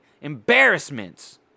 Embarrassments